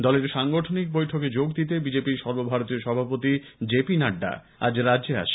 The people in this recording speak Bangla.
দলের সাংগঠনিক বৈঠকে যোগ দিতে বিজেপি র সর্বভারতীয় সভাপতি জেপি নাড্ডা আজ রাজ্যে আসছেন